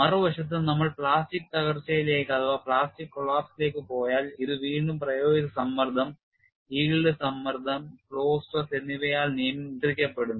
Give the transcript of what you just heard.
മറുവശത്ത് നമ്മൾ പ്ലാസ്റ്റിക് തകർച്ചയിലേക്ക് പോയാൽ ഇത് വീണ്ടും പ്രയോഗിച്ച സമ്മർദ്ദം yield സമ്മർദ്ദം ഫ്ലോ സ്ട്രെസ് എന്നിവയാൽ നിയന്ത്രിക്കപ്പെടുന്നു